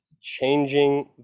changing